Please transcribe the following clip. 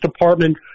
department